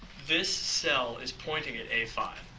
this cell is pointing at a five.